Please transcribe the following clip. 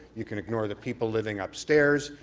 you can ignore the people living upstairs,